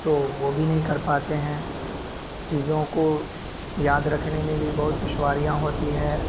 تو وہ بھی نہیں کر پاتے ہیں چیزوں کو یاد رکھنے میں بھی بہت دشواریاں ہوتی ہیں